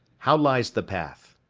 how lies the path?